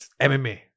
MMA